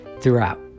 throughout